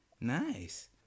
nice